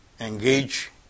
engage